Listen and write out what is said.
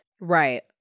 Right